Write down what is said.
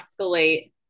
escalate